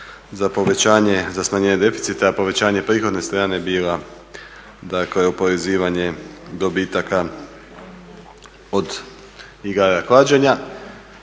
za povećanje, za smanjenje deficita a povećanje prihodne strane bila oporezivanje dobitaka od igara klađenja.